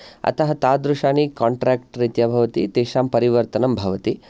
अतः तादृशानि कोन्ट्रेक्ट् रीत्या भवति तेषां परिवर्तनं भवति